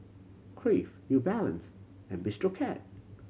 Crave New Balance and Bistro Cat